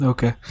Okay